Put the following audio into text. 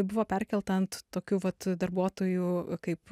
buvo perkelta ant tokių vat darbuotojų kaip